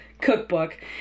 cookbook